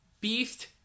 Beast